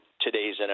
today's